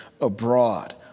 abroad